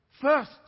First